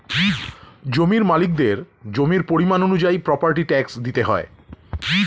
জমির মালিকদের জমির পরিমাণ অনুযায়ী প্রপার্টি ট্যাক্স দিতে হয়